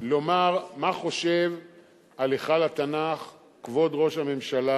לומר מה חושב על היכל התנ"ך כבוד ראש הממשלה,